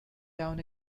down